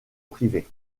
privée